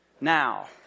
now